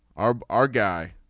our our guy